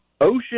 ocean